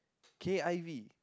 k_i_v